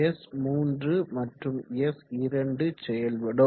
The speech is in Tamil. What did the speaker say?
S3 மற்றும் S2 செயல்படும்